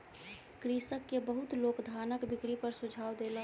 कृषक के बहुत लोक धानक बिक्री पर सुझाव देलक